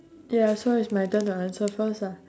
ya so it's my turn to answer first ah